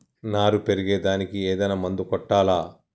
నారు పెరిగే దానికి ఏదైనా మందు కొట్టాలా?